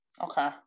okay